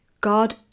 God